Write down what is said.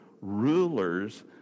rulers